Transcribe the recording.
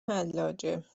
حلاجه